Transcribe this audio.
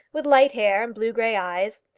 with light hair and blue-grey eyes,